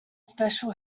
special